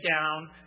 down